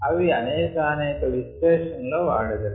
అవి అనేకానేక విశ్లేషణలలో వాడె దరు